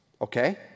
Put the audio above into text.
Okay